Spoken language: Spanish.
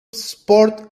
sport